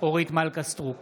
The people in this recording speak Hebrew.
אורית מלכה סטרוק,